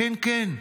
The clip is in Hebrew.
"כן, כן,